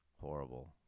horrible